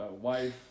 wife